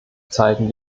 zeigen